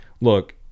look